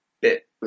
bit